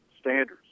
standards